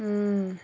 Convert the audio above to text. ம்